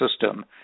system